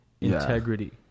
integrity